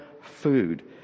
food